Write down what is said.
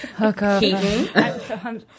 okay